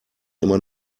immer